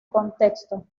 contexto